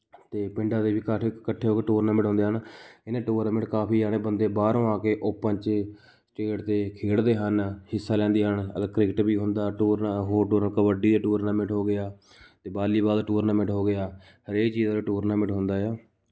ਅਤੇ ਪਿੰਡਾਂ ਦੇ ਵੀ ਕੱਠ ਇਕੱਠੇ ਹੋ ਕੇ ਟੂਰਨਾਮੈਂਟ ਹੁੰਦੇ ਹਨ ਇਹਨਾਂ ਟੂਰਨਾਮੈਂਟ ਕਾਫੀ ਜਣੇ ਬੰਦੇ ਬਾਹਰੋਂ ਆ ਕੇ ਓਪਨ 'ਚੇ ਸਟੇਟ 'ਤੇ ਖੇਡਦੇ ਹਨ ਹਿੱਸਾ ਲੈਂਦੇ ਹਨ ਅਗਰ ਕ੍ਰਿਕਟ ਵੀ ਹੁੰਦਾ ਟੂਰ ਨਾ ਹੋਰ ਟੂਰ ਕਬੱਡੀ ਦੇ ਟੂਰਨਾਮੈਂਟ ਹੋ ਗਿਆ ਅਤੇ ਬਾਲੀਬਾਲ ਦਾ ਟੂਰਨਾਮੈਂਟ ਹੋ ਗਿਆ ਹਰੇਕ ਚੀਜ਼ ਦਾ ਉਰੇ ਟੂਰਨਾਮੈਂਟ ਹੁੰਦਾ ਹੈ